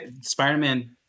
Spider-Man